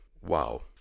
wow